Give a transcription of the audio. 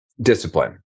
discipline